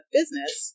business